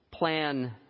Plan